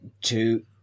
two